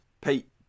Pete